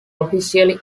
officially